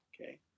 Okay